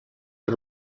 per